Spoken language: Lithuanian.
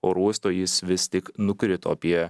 oro uosto jis vis tik nukrito apie